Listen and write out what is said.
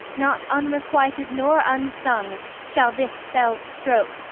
not unrequited nor unsung shall this fell stroke,